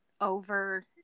over